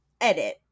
edit